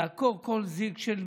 לעקור כל זיק של,